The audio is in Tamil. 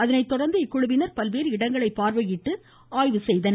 அதனைத்தொடா்ந்து இக்குழுவினா் பல்வேறு இடங்களை பார்வையிட்டு ஆய்வு செய்கின்றனர்